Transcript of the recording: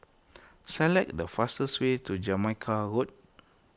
select the fastest way to Jamaica Road